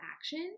action